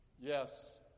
yes